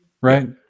right